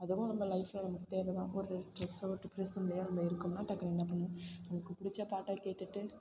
அதுவும் நம்ம லைஃப்பில் நமக்கு தேவை தான் ஒரு ட்ரஸ்ஸோ டிப்ரசன்லேயோ நம்ம இருக்கோம்னால் டக்குனு என்ன பண்ணணும் நமக்கு பிடிச்ச பாட்டை கேட்டுட்டு